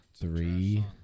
Three